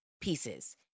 pieces